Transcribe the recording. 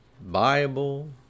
Bible